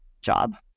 job